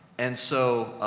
and so,